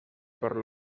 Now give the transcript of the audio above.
per